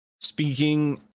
speaking